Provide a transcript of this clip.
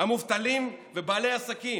המובטלים ובעלי העסקים.